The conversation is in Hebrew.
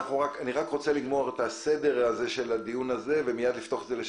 מייד אני אפתח את הדיון לשאלות,